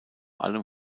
allem